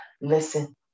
listen